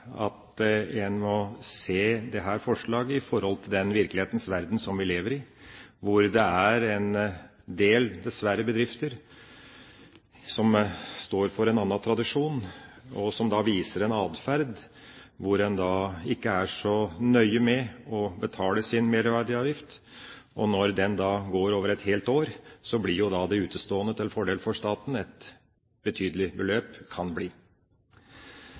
at en må se dette forslaget i forhold til den virkelighetens verden som vi lever i, hvor det dessverre er en del bedrifter som står for en annen tradisjon, og som viser en atferd hvor en ikke er så nøye med å betale sin merverdiavgift. Når den går over et helt år, kan det utestående til fordel for staten bli et betydelig beløp.